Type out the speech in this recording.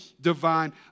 divine